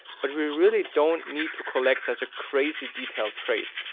but, we really don't need to collect such a crazy detailled trace.